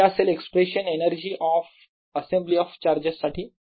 तर हे असेल expression energy of assembly of charges साठी